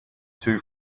too